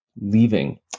leaving